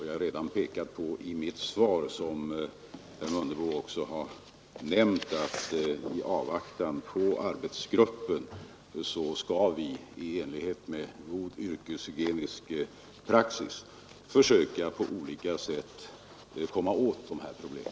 Jag har redan pekat på i mitt svar, vilket herr Mundebo också har nämnt, att vi i öka att i enlighet med god avvaktan på arbetsgruppens resultat skall f yrkeshygienisk praxis på olika sätt komma åt dessa problem.